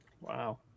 Wow